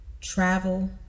Travel